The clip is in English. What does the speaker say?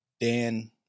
Dan